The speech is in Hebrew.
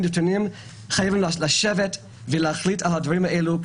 חייבים לשבת ולהחליט על הדברים האלו,